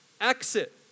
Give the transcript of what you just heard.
Exit